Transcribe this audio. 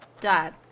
Dad